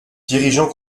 dirigeant